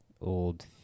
old